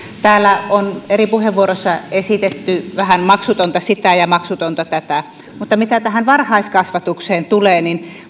täällä on puheenvuoroissa esitetty vähän maksutonta sitä ja maksutonta tätä mutta mitä tähän varhaiskasvatukseen tulee niin